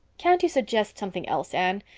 can't you suggest something else, anne?